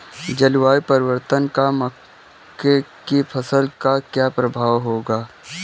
जलवायु परिवर्तन का मक्के की फसल पर क्या प्रभाव होगा?